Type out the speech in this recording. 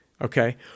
Okay